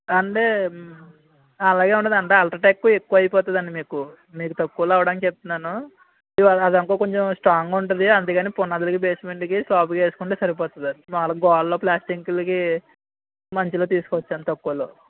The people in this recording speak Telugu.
అంటే అలాగేమి ఉండదు అంతా అల్ట్రాటెక్ ఎక్కువ అయిపోతుందండి మీకు మీకు తక్కువలో అవ్వడానికి చెప్తున్నాను ఇదిగో అదనుకో కొంచెం స్ట్రాంగ్గా ఉంటుంది అందుకని పునాదులకి బేస్మెంట్లకి స్లాబుకి వేసుకుంటే సరిపోతుందది మాములు గోడలు ప్లాస్టరింగులకి మంచిలో తీసుకోవచ్చండి తక్కువలో